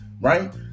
right